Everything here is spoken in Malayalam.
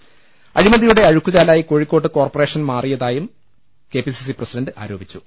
ലലലലലല അഴിമതിയുടെ അഴുക്കു ചാലായി കോഴിക്കോട് കോർപറേഷൻ മാറിയതായി കെ പി സിസി പ്രസിഡണ്ട് ആരോപിച്ചു